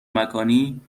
مکانی